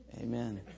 Amen